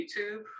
YouTube